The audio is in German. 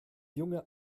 junge